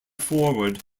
forward